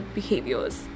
Behaviors